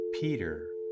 Peter